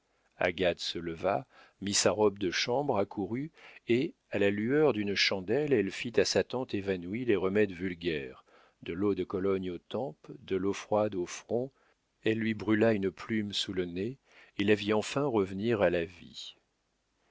agathe se leva mit sa robe de chambre accourut et à la lueur d'une chandelle elle fit à sa tante évanouie les remèdes vulgaires de l'eau de cologne aux tempes de l'eau froide au front elle lui brûla une plume sous le nez et la vit enfin revenir à la vie